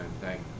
thank